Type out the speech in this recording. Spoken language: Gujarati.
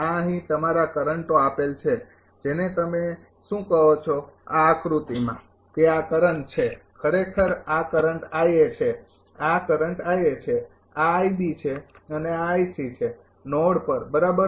આ અહી તમારા કરંટો આપેલ છે જેને તમે શું કહો છો આ આકૃતિમાં તે આ કરંટ છે ખરેખર આ કરંટ છે આ કરંટ છે આ છે અને આ છે નોડ પર બરાબર